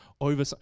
over